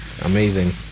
Amazing